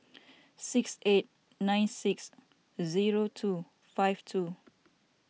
six eight nine six zero two five two